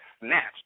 snatched